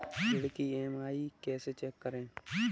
ऋण की ई.एम.आई कैसे चेक करें?